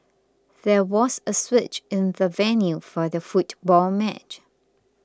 there was a switch in the venue for the football match